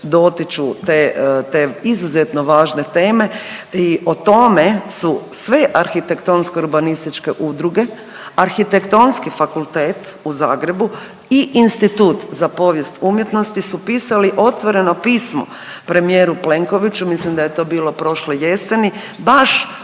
te izuzetno važne tema i o tome su sve arhitektonsko-urbanističke udruge, Arhitektonski fakultet u Zagrebu i Institut za povijest umjetnosti su pisali otvoreno pismo premijeru Plenkoviću, mislim da je to bilo prošle jeseni, baš